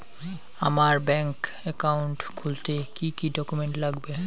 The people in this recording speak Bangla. আমার ব্যাংক একাউন্ট খুলতে কি কি ডকুমেন্ট লাগবে?